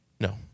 No